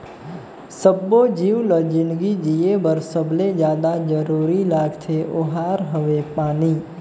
सब्बो जीव ल जिनगी जिए बर सबले जादा जरूरी लागथे ओहार हवे पानी